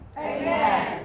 Amen